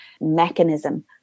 mechanism